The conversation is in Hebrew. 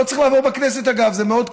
לא צריך לעבור בכנסת, אגב, זה מאוד קל,